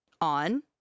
on